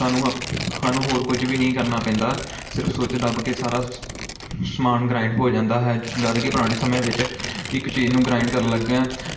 ਸਾਨੂੰ ਅ ਸਾਨੂੰ ਹੋਰ ਕੁਝ ਵੀ ਨਹੀਂ ਕਰਨਾ ਪੈਂਦਾ ਸਿਰਫ ਸੁਚ ਦੱਬ ਕੇ ਸਾਰਾ ਸ ਸਮਾਨ ਗ੍ਰਾਇੰਡ ਹੋ ਜਾਂਦਾ ਹੈ ਜਦਕਿ ਪੁਰਾਣੇ ਸਮੇਂ ਵਿੱਚ ਇੱਕ ਚੀਜ਼ ਨੂੰ ਗ੍ਰਾਇੰਡ ਕਰਨ ਲੱਗਿਆਂ